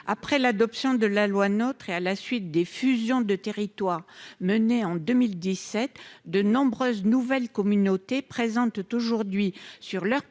Après l'adoption de la loi NOTRe et à la suite des fusions de territoires menées en 2017, de nombreuses communautés nouvelles présentent aujourd'hui, sur leur périmètre